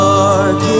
Dark